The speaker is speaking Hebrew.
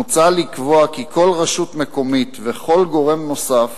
מוצע לקבוע כי כל רשות מקומית וכל גורם נוסף